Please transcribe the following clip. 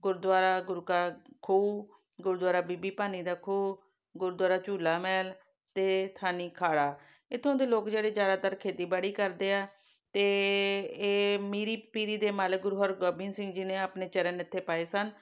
ਗੁਰਦੁਆਰਾ ਗੁਰੂ ਕਾ ਖੂਹ ਗੁਰਦੁਆਰਾ ਬੀਬੀ ਭਾਨੀ ਦਾ ਖੂਹ ਗੁਰਦੁਆਰਾ ਝੂਲਾ ਮਹਿਲ ਅਤੇ ਥਾਨੀ ਖਾਲਾ ਇੱਥੋਂ ਦੇ ਲੋਕ ਜਿਹੜੇ ਜ਼ਿਆਦਾਤਰ ਖੇਤੀਬਾੜੀ ਕਰਦੇ ਆ ਅਤੇ ਇਹ ਮੀਰੀ ਪੀਰੀ ਦੇ ਮਾਲਕ ਗੁਰੂ ਹਰਗੋਬਿੰਦ ਸਿੰਘ ਜੀ ਨੇ ਆਪਣੇ ਚਰਨ ਇੱਥੇ ਪਾਏ ਸਨ